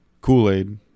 Kool-Aid